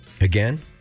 Again